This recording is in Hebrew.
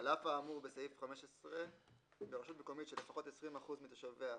על אף האמור בסעיף 15 ברשות מקומית שלפחות 20% מתושביה,